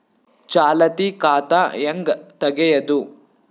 ಚಾಲತಿ ಖಾತಾ ಹೆಂಗ್ ತಗೆಯದು?